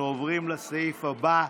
אנחנו עוברים לסעיף הבא,